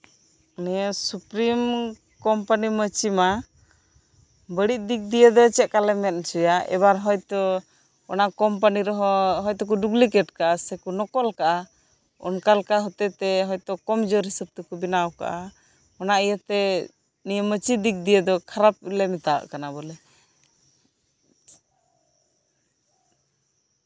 ᱱᱤᱭᱟᱹ supreme company ᱢᱟᱹᱪᱤ ᱢᱟ ᱵᱟᱹᱲᱤᱪ ᱫᱤᱠ ᱫᱤᱭᱮ ᱫᱚ ᱪᱮᱫ ᱠᱟ ᱞᱮ ᱢᱮᱱ ᱦᱚᱪᱚᱭᱟ ᱮᱵᱟᱨ ᱦᱳᱭᱛᱳ ᱚᱱᱟ ᱠᱳᱢᱯᱟᱱᱤ ᱨᱮᱦᱚᱸ ᱠᱚ ᱰᱩᱯᱞᱤᱠᱮᱴ ᱠᱟᱜᱼᱟ ᱱᱚᱠᱚᱞ ᱠᱟᱜᱼᱟ ᱚᱱᱠᱟ ᱞᱮᱠᱟ ᱦᱚᱛᱮᱛᱮ ᱠᱚᱢ ᱡᱟᱨ ᱦᱤᱥᱟᱹᱵ ᱛᱮᱠᱚ ᱵᱮᱱᱟᱣ ᱠᱟᱜᱼᱟ ᱚᱱᱟ ᱤᱭᱟᱹᱛᱮ ᱱᱤᱭᱟᱹ ᱢᱟᱹᱪᱤ ᱫᱤᱠ ᱫᱤᱭᱮ ᱫᱚ ᱠᱷᱟᱨᱟᱯ ᱞᱮ ᱢᱮᱛᱟᱜ ᱠᱟᱱᱟ ᱵᱚᱞᱮ